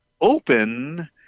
open